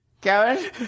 Kevin